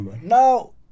Now